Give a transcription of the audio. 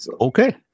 Okay